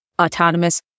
autonomous